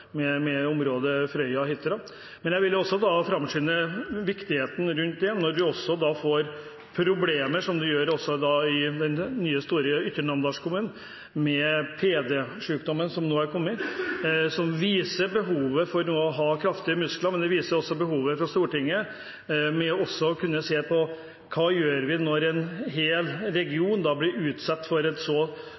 med området Frøya/Hitra. Men jeg vil framskynde viktigheten rundt det, når vi får problemer som i den nye store Ytre Namdal-kommunen, med PD-sykdommen som nå er kommet, som viser behovet for å ha kraftige muskler. Men det viser også behovet Stortinget har for å kunne se på: Hva gjør vi når en hel region blir utsatt for